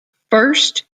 first